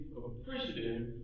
appreciative